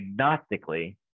agnostically